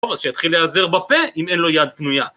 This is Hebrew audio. טוב, אז שיתחיל להיעזר בפה אם אין לו יד פנויה.